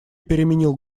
переменил